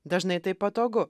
dažnai tai patogu